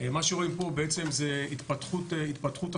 מה שרואים פה זה התפתחות השריפה,